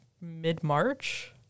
mid-March